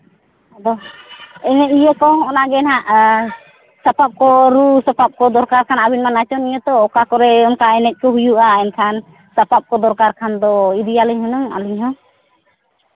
ᱟᱫᱚ ᱮᱱᱮᱡ ᱤᱭᱟᱹ ᱠᱚ ᱚᱱᱟᱜᱮ ᱦᱟᱸᱜ ᱥᱟᱯᱟᱵ ᱠᱚ ᱨᱩ ᱥᱟᱯᱟᱵ ᱠᱚ ᱫᱚᱨᱠᱟᱨ ᱠᱟᱱᱟ ᱟᱹᱵᱤᱱ ᱢᱟ ᱱᱟᱪᱚᱱᱤᱭᱟᱹ ᱛᱚ ᱚᱠᱟ ᱠᱚᱨᱮᱜ ᱚᱱᱠᱟ ᱮᱱᱮᱡ ᱠᱚ ᱦᱩᱭᱩᱜᱼᱟ ᱮᱱᱠᱷᱟᱱ ᱥᱟᱯᱟᱵ ᱠᱚ ᱫᱚᱨᱠᱟᱨ ᱠᱷᱟᱱ ᱫᱚ ᱤᱫᱤᱭᱟᱞᱤᱧ ᱦᱩᱱᱟᱹᱝ ᱟᱹᱞᱤᱧ ᱦᱚᱸ